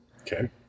Okay